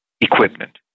equipment